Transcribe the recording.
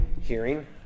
hearing